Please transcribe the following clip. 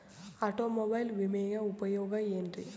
Automobile ವಿಮೆಯ ಉಪಯೋಗ ಏನ್ರೀ?